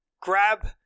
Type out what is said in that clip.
grab